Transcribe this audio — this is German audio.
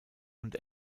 und